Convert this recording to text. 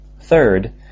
Third